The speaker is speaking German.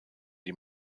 die